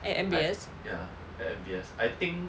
at M_B_S